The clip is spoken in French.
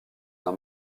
d’un